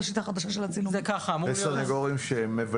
בשיטה החדשה של הצילום --- יש סנגורים שמבלים